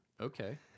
Okay